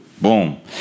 Boom